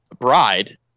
bride